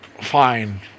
fine